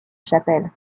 chapelle